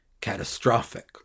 catastrophic